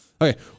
Okay